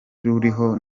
ruriho